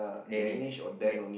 Daniel